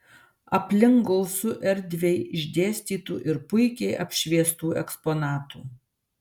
aplink gausu erdviai išdėstytų ir puikiai apšviestų eksponatų